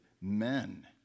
men